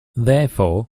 therefore